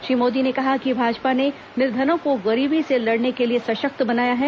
श्री मोदी ने कहा कि भाजपा ने निर्धनों को गरीबी से लड़ने के लिए सशक्त बनाया है